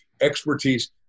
expertise